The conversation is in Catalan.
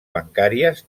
bancàries